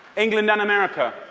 england and america,